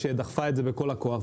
שדחפה את זה בכל הכוח,